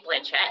Blanchett